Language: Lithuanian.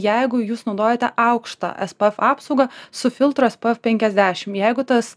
jeigu jūs naudojate aukštą es p ef apsaugą su filtru es p ef penkiasdešim jeigu tas